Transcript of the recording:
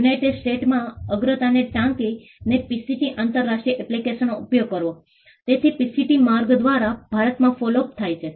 United સ્ટેટ્સમાં અગ્રતાને ટાંકીને પીસીટી આંતરરાષ્ટ્રીય એપ્લિકેશનનો ઉપયોગ કરવો તેથી પીસીટી માર્ગ દ્વારા ભારતમાં ફોલો અપ થાય છે